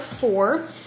four